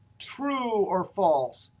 true or false,